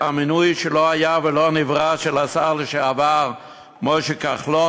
המינוי שלא היה ולא נברא של השר לשעבר משה כחלון